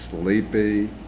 sleepy